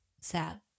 sad